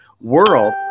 world